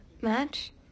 match